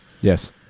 Yes